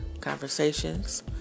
conversations